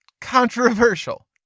controversial